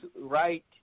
right